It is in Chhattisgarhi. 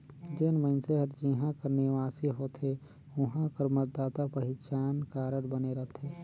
जेन मइनसे हर जिहां कर निवासी होथे उहां कर मतदाता पहिचान कारड बने रहथे